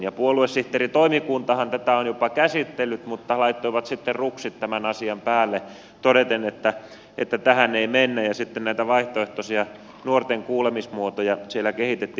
puoluesihteeritoimikuntahan tätä on jopa käsitellyt mutta laittoivat sitten ruksit tämän asian päälle todeten että tähän ei mennä ja sitten näitä vaihtoehtoisia nuorten kuulemismuotoja siellä kehitettiin